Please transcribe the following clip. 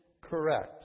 correct